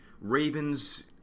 Ravens